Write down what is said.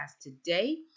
today